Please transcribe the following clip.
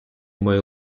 має